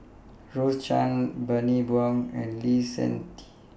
Rose Chan Bani Buang and Lee Seng Tee